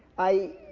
i,